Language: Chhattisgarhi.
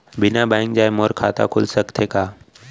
बिना बैंक जाए मोर खाता खुल सकथे का?